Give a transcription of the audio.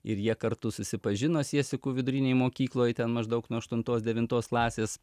ir jie kartu susipažino siesikų vidurinėj mokykloj ten maždaug nuo aštuntos devintos klasės